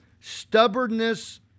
stubbornness